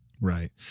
Right